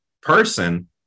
person